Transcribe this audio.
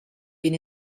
been